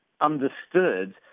understood